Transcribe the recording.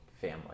Family